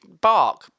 Bark